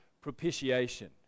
propitiation